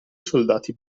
soldati